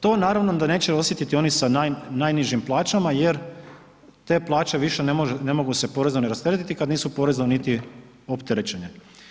To naravno da neće osjetiti oni sa najnižim plaćama jer te plaće više ne mogu se porezno ni rasteretiti kada nisu porezno niti opterećeni.